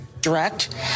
direct